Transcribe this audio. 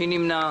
מי נמנע?